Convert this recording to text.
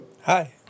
hi